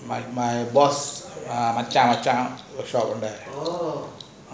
my my boss மச்சான் வெச்சான்:machan vechan the shop